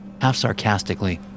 half-sarcastically